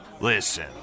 Listen